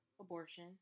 abortion